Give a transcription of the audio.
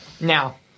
Now